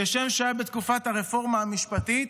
כשם שהיה בתקופת הרפורמה המשפטית.